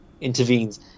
intervenes